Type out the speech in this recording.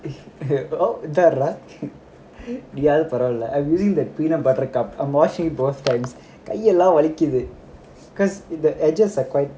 இந்தாரா நீயாச்சு பரவால்ல:inthara neeyachu paravaala peanut butter cup கையெல்லாம் வலிக்குது:kaiyellam valikuthu because